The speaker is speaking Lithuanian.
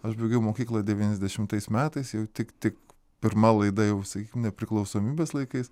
aš baigiau mokyklą devyniasdešimtais metais jau tik tik pirma laida jau sakykim nepriklausomybės laikais